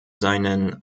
seinen